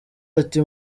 ati